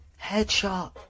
headshot